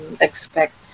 expect